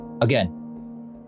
again